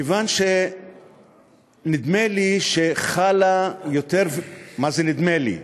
מכיוון שנדמה לי שחלה, מה זה נדמה לי?